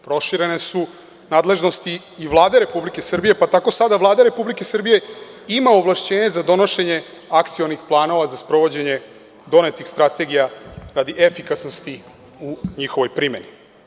Proširene su nadležnosti i Vlade Republike Srbije, pa tako sada Vlada Republike Srbije ima ovlašćenja za donošenje akcionih planova za sprovođenje donetih strategija radi efikasnosti u njihovoj primeni.